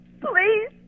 Please